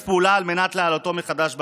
פעולה על מנת להעלותו מחדש בהסכמה.